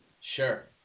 sure